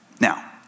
Now